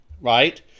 right